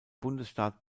bundesstaat